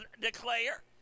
declare